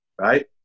right